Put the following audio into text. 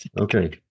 Okay